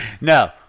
No